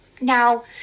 Now